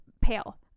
pale